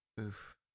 Oof